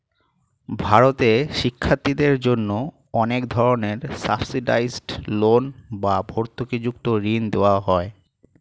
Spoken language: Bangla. ভারতে শিক্ষার্থীদের জন্য অনেক ধরনের সাবসিডাইসড লোন বা ভর্তুকিযুক্ত ঋণ দেওয়া হয়